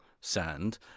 sand